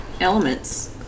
elements